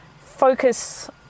focus